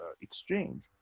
exchange